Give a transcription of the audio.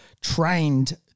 trained